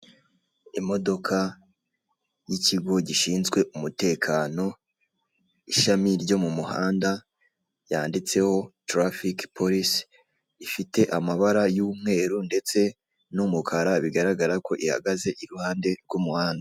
Imodoka y'ikigo gishinzwe umutekano ishami ryo mu muhanda yanditseho tirafike polisi ifite amabara y'umweru n'umukara bigaragara ko ihagaze iruhande rw'muhanda.